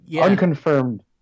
unconfirmed